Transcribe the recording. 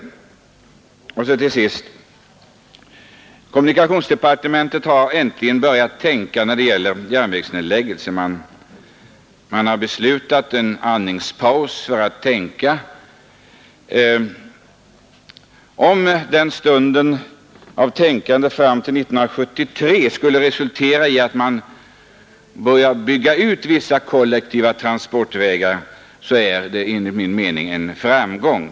Till sist har man nu i kommunikationsdepartementet äntligen börjat tänka om när det gäller järnvägsnedläggningarna och beslutat att ta en paus för att tänka. Om den stunden av tänkande fram till 1973 skulle Nr 114 resultera i att man behöver bygga ut vissa kollektiva transportvägar, så är Onsdagen den det enligt min mening en framgång.